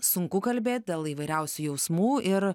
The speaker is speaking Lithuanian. sunku kalbėt dėl įvairiausių jausmų ir